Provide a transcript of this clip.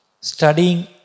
studying